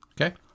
Okay